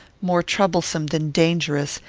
more troublesome than dangerous,